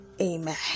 Amen